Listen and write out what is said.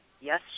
yes